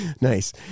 Nice